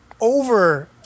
over